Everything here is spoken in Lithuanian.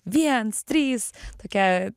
viens trys tokia